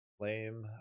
lame